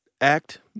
act